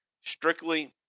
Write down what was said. strictly